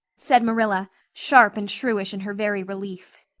said marilla, sharp and shrewish in her very relief.